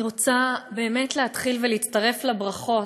אני רוצה באמת להתחיל ולהצטרף לברכות,